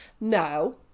Now